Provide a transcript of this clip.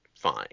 fine